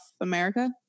America